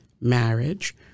marriage